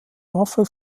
waffe